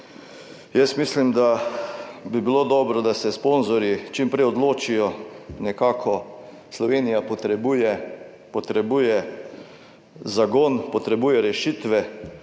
Jaz mislim, da bi bilo dobro, da se sponzorji čim prej odločijo, nekako Slovenija potrebuje, potrebuje zagon, potrebuje rešitve.